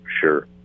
sure